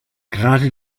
gerade